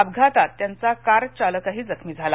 अपघातात त्यांचा कार चालकही जखमी झाला